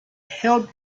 held